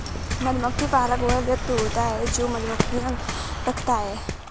मधुमक्खी पालक वह व्यक्ति होता है जो मधुमक्खियां रखता है